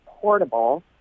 portable